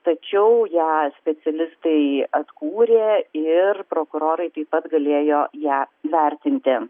tačiau ją specialistai atkūrė ir prokurorai taip pat galėjo ją vertinti